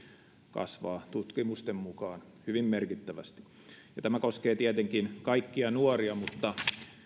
kasvaa tutkimusten mukaan hyvin merkittävästi tämä koskee tietenkin kaikkia nuoria mutta